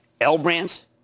L-brands